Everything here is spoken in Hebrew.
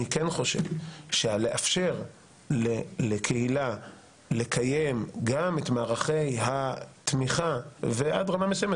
אני כן חושב שהלאפשר לקהילה לקיים גם את מערכי התמיכה עד רמה מסוימת,